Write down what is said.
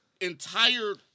entire